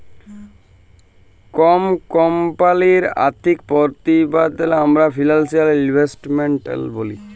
call কমপালির আথ্থিক পরতিবেদলকে আমরা ফিলালসিয়াল ইসটেটমেলট ব্যলি